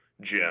jim